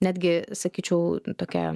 netgi sakyčiau tokia